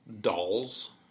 dolls